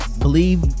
Believe